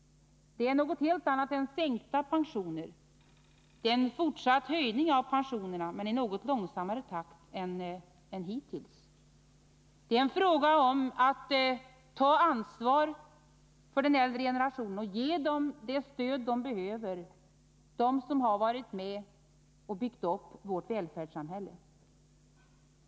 Det är något helt annat än sänkta pensioner. Det är en fortsatt höjning av pensionerna, men en höjning i en något långsammare takt än hittills. Det är fråga om att ta ansvar för den äldre generationen och ge den det stöd som den behöver, den generation som har varit med och byggt upp vårt välfärdssamhälle.